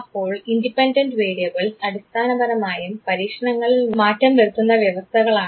അപ്പോൾ independent variables അടിസ്ഥാനപരമായും പരീക്ഷണങ്ങളിൽ മാറ്റങ്ങൾ വരുത്തുന്ന വ്യവസ്ഥകളാണ്